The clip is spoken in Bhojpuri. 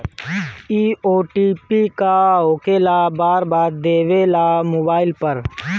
इ ओ.टी.पी का होकेला बार बार देवेला मोबाइल पर?